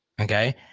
Okay